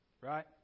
Right